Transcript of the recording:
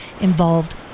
involved